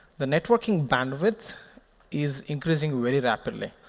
the networking bandwidth is increasing very rapidly.